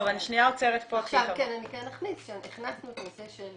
אני שניה עוצרת פה --- אני כן אכניס שהכנסנו את הנושא של